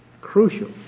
crucial